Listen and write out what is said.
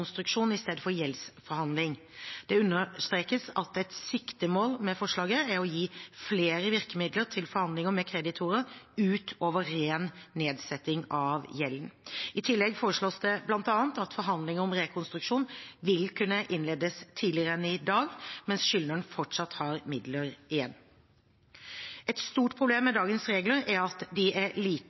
i stedet for «gjeldsforhandling». Det understrekes at et siktemål med forslaget er å gi flere virkemidler til forhandlinger med kreditorer utover ren nedsetting av gjelden. I tillegg foreslås det bl.a. at forhandlinger om rekonstruksjon vil kunne innledes tidligere enn i dag, mens skyldneren fortsatt har midler igjen. Et stort problem med dagens regler er at det ved åpning av gjeldsforhandlinger ofte er lite